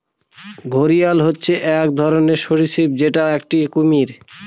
ঘড়িয়াল হচ্ছে এক ধরনের সরীসৃপ যেটা একটি কুমির